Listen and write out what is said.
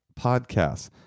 Podcasts